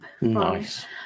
nice